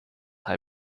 hij